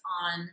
on